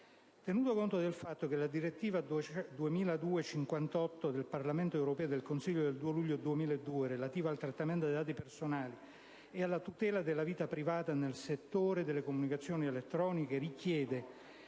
tenere conto del fatto che la direttiva 2002/58/CE del Parlamento europeo e del Consiglio del 12 luglio 2002, relativa al trattamento dei dati personali e alla tutela della vita privata nel settore delle comunicazioni elettroniche, richiede